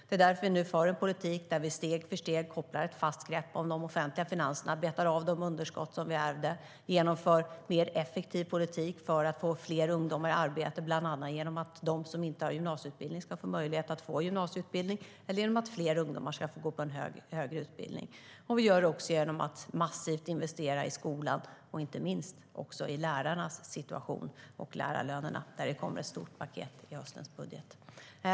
Det är därför vi nu för en politik där vi steg för steg kopplar ett fast grepp om de offentliga finanserna, betar av de underskott som vi ärvde och genomför mer effektiv politik för att få fler ungdomar i arbete. Det gör vi bland annat genom att de som inte har gymnasieutbildning ska få möjlighet att få gymnasieutbildning och genom att fler ungdomar ska få möjlighet att gå på en högre utbildning. Vi gör det också genom att massivt investera i skolan och inte minst i lärarnas situation och lärarlönerna. Där kommer ett stort paket i höstens budget.